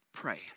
Pray